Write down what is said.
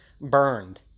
burned